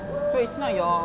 so it's not your